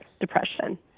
depression